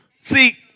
See